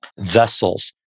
vessels